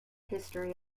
history